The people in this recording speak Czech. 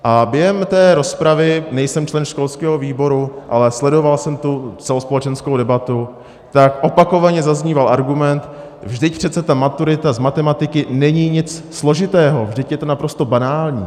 A během rozpravy nejsem člen školského výboru, ale sledoval jsem celospolečenskou debatu opakovaně zazníval argument: vždyť přece maturita z matematiky není nic složitého, vždyť je to naprosto banální.